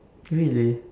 really